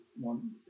one